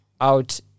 out